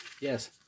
yes